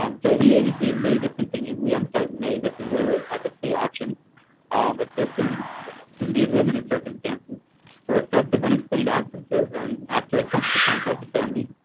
um so lead agency may discontinue we emphasize may this is ah at the state option assistance in these limited circumstances for excessive unexplained absences and after attempts to contact the family